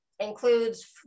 includes